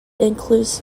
includes